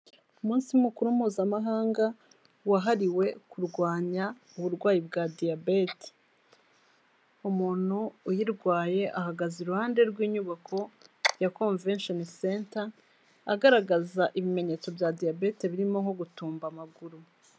Umunsi mukuru mpuzamahanga wahariwe kurwanya uburwayi bwa diyabete, umuntu uyirwaye ahagaze iruhande rw'inyubako ya Convention Center agaragaza ibimenyetso bya diyabete birimo nko gutumba amaguru.